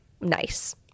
nice